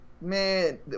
Man